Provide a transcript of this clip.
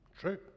True